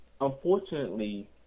unfortunately